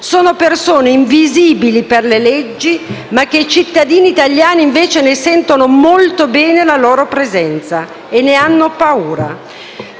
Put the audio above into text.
Sono persone invisibili per le leggi, ma i cittadini italiani ne sentono molto bene la presenza e ne hanno paura.